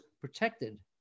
protected